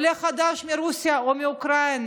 עולה חדש מרוסיה או מאוקראינה,